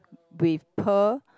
with pearl